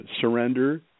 surrender